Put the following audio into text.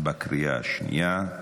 בקריאה השנייה.